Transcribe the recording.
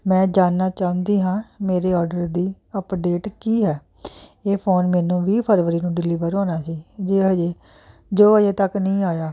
ਮੈਂ ਜਾਣਨਾ ਚਾਹੁੰਦੀ ਹਾਂ ਮੇਰੇ ਔਡਰ ਦੀ ਅਪਡੇਟ ਕੀ ਹੈ ਇਹ ਫੋਨ ਮੈਨੂੰ ਵੀਹ ਫਰਵਰੀ ਨੂੰ ਡਿਲਿਵਰ ਹੋਣਾ ਸੀ ਜੀ ਅਜੇ ਜੋ ਅਜੇ ਤੱਕ ਨਹੀਂ ਆਇਆ